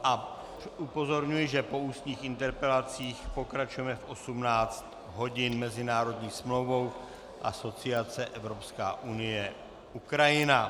A upozorňuji, že po ústních interpelacích pokračujeme v 18. hodin mezinárodní smlouvou, asociace, Evropská unie Ukrajina.